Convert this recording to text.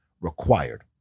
required